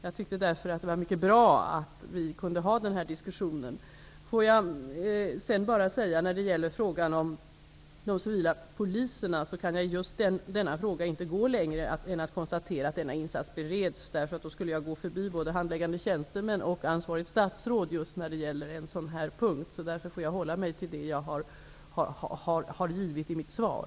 Jag tyckte därför att det var mycket bra att vi kunde ha denna diskussion. Får jag sedan när det gäller frågan om de civila poliserna säga att jag i denna fråga inte kan gå längre än att konstatera att denna insats bereds. Om jag gjorde det skulle jag gå förbi både handläggande tjänstemän och ansvarigt statsråd. Därför får jag hålla mig till det som jag har sagt i mitt svar.